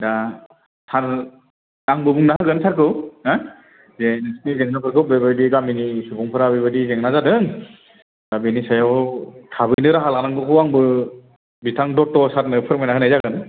दा सार आंबो बुंना होगोन सारखौ हो दे बेबायदि नोंसिनि जेनांफोरखौ गामिनि सुबुंफ्रा बेबायदि जेंना जादों दा बेनि सायाव थाबैनो राहा लानांगौखौ आंबो बिथां दत्त सारनो फोरमायनानै होनाय जागोन